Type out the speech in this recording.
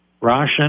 Roshan